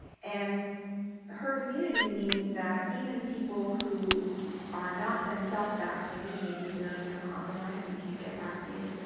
and herd immunity means that even people who are not themselves vaccinated, maybe they're immunocompromised and can't get vaccinated,